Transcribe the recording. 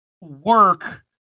work